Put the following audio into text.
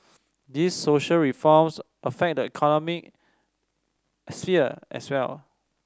these social reforms affect the economic sphere as well